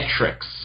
metrics